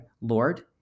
Lord